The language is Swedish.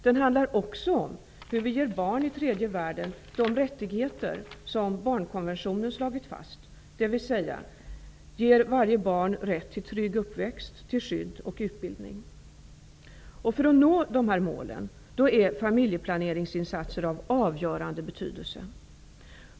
Den handlar också om hur ger vi barn i tredje världen de rättigheter som i barnkonventionen slagits fast, dvs. ger varje barn rätt till trygg uppväxt, skydd och utbildning. För att nå dessa mål är familjeplaneringsinsatser av avgörande betydelse.